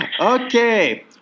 Okay